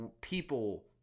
people